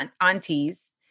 aunties